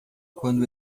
quando